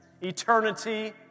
eternity